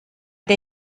der